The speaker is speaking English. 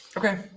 okay